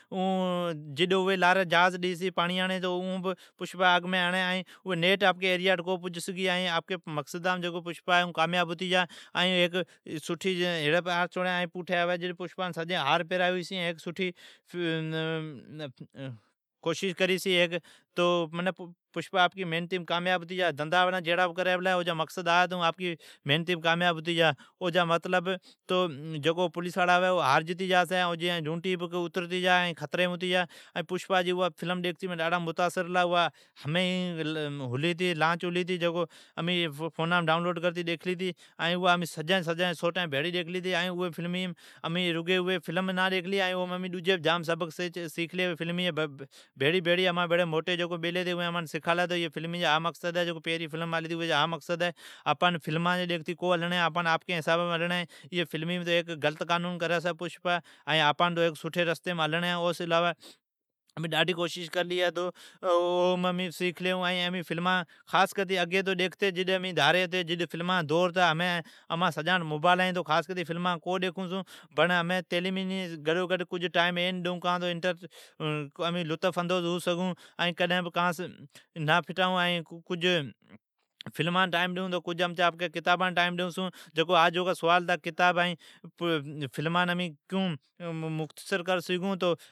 ائین اوی جھازام لاری آڑین جی کوشش کری، ائین اون مٹاتی اگمین آوی او ایرییم ائین پشپا آپکی مقصدام قامیاب ھتی جا۔ پوٹھی آوی جکار سجین ھار پیراوی چھی ائین خوشیا کری چھی۔ پشپا آپکی محنتیم کامیاب ھتی جا چھی۔ دھندھا جیڑا بھی کری اوجا مقصد ھا ہے تہ اون آپکی محنتیم کامیاب ھتی جا۔ ائین جکو پولیساڑا ھوی او اترتی جا ائین او جی ڈوٹی بہ جا بولی۔ ھا فلم ڈیکھتی مین ڈاڈھا متاثر ھلا۔ ھا فلم لانچ ھلی امین فونام ڈیکھلی ھتی، امین اوا فلم نا ڈیکھلی ائین اویم امین ڈجی بھی سبق جام سیکھلی۔ امان بھیڑی جکو موٹی بیلی ھتی اوین امان کیلی پیلکی فلم ھا سبق سکھاوی چھی ائین ڈجی فلم ھا سبق سکھاوی چھی پر آپان فلمی جی حسابا سون کونی ھلڑین چھی۔ آپان صحیح طریقی سون ھلڑین چھی۔ پر ایی فلمیم پشپا این غلت کام کری چھی۔ ائین آپان صحیح طریقی سون ھلڑی چھی۔ امین ڈاڈھی کوشش کرلی ہے تو امین اوم سیکھلی ھون۔ اگی امین دھاری ھتی جکار امین فلما ڈیکھتی ھمین امان سجان ٹھون بوبائلین ھی تو امین فلمان کو ڈیکھون چھون۔ کان تو ھمین کجھ ٹائیم پڑھائین ڈیئون ائین لطفندوس ھون۔ فلمان ٹائیم ڈیئون چھون تو کتابان بھی ٹائیم ڈیئون چھون۔ جیو آجوکا جکو سوال ھتا کتاب ائین فلمان امین کیون مختصر کر سگھون تو